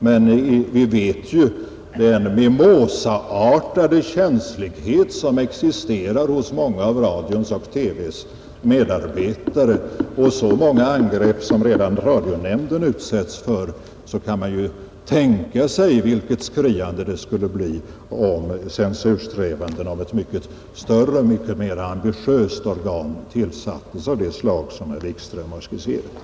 Men vi känner ju till den mimosaartade känslighet, som existerar hos många av radions och TV:s medarbetare, och så många angrepp som redan radionämnden utsätts för kan man ju tänka sig vilket skriande det skulle bli om censursträvanden, därest ett mycket större och mycket mera ambitiöst organ tillsattes av det slag som herr Wickström har skisserat.